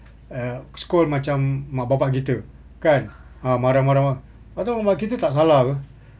err scold macam mak bapa kita kan ah marah marah marah pas tu mak bapa kita tak salah apa